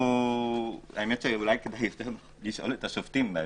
אולי כדאי לשאול את השופטים.